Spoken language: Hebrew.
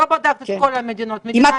לא בדקת את כל המדינות, מדינה אחת.